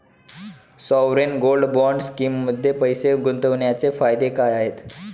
Sovereign gold bond स्कीममध्ये पैसे गुंतवण्याचे फायदे काय आहेत?